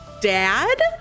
dad